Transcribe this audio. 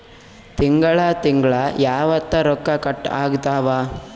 ತಿಂಗಳ ತಿಂಗ್ಳ ಯಾವತ್ತ ರೊಕ್ಕ ಕಟ್ ಆಗ್ತಾವ?